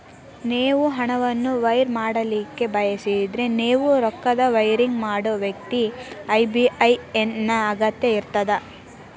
ನೇವು ಹಣವನ್ನು ವೈರ್ ಮಾಡಲಿಕ್ಕೆ ಬಯಸಿದ್ರ ನೇವು ರೊಕ್ಕನ ವೈರಿಂಗ್ ಮಾಡೋ ವ್ಯಕ್ತಿ ಐ.ಬಿ.ಎ.ಎನ್ ನ ಅಗತ್ಯ ಇರ್ತದ